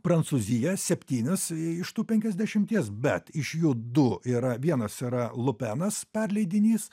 prancūzija septynis iš tų penkiasdešimties bet iš jų du yra vienas yra lupenas perleidinys